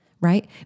right